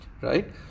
right